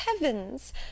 heavens